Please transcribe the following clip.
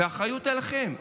והאחריות היא עליכם,